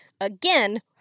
again